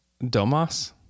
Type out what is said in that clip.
Domas